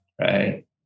Right